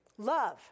Love